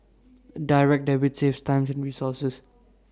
Direct Debit saves time and resources